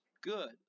good